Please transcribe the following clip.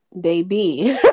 baby